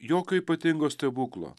jokio ypatingo stebuklo